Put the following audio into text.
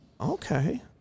okay